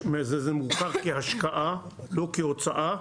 זה מוכח כהשקעה לא כהוצאה.